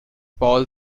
paul